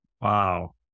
Wow